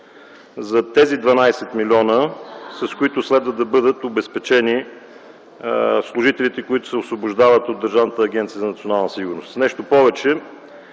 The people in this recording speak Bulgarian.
за тези 12 милиона, с които следва да бъдат обезпечени служителите, които се освобождават от Държавната